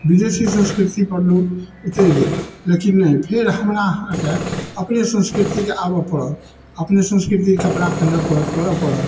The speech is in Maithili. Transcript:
विदेशी संस्कृतिपर लोक उतरि गेल लेकिन नहि फेर हमरा अहाँके अपने संस्कृतिके आबऽ पड़त अपने संस्कृतिके कपड़ा पहिरऽ पड़त करऽ पड़त